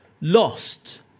lost